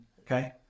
Okay